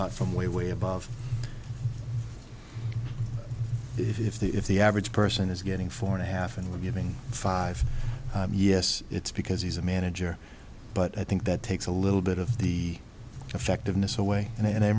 not from way way above if the if the average person is getting four and a half and we're giving five yes it's because he's a manager but i think that takes a little bit of the effectiveness away and